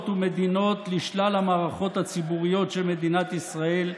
ומדינות לשלל המערכות הציבוריות של מדינת ישראל,